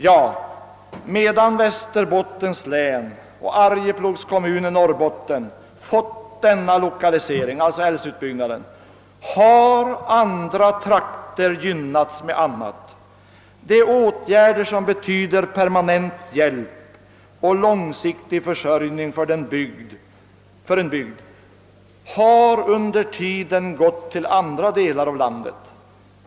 Ja, medan Västerbottens län och Arjeplogs kommun inom Norrbotten fått denna lokalisering — alltså älvutbyggnaden — har andra trakter gynnats med annat. De åtgärder som skulle ha betytt permanent hjälp och långsiktig försörjning för bygden har under tiden gått till andra delar av landet.